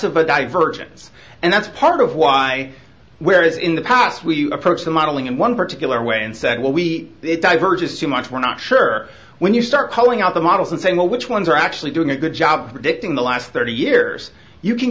of a divergence and that's part of why whereas in the past we approach the modeling in one particular way and said well we diverges too much we're not sure when you start throwing out the models and saying well which ones are actually doing a good job of predicting the last thirty years you can